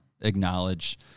acknowledge